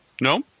No